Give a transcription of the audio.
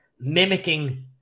mimicking